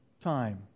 time